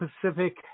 Pacific